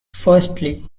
firstly